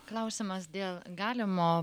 klausimas dėl galimo